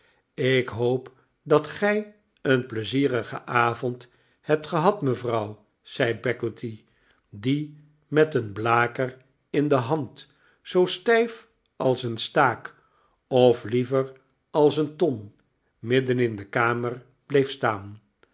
ik hoop dat gij een pleizierigen avond hebt gehad mevrouw zei peggotty die met een blaker in de hand zoo stijf als een staak of liever als een ton midden in de kamer bleef staan